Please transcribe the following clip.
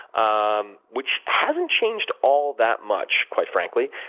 um which hasn't changed all that much, quite frankly,